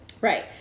Right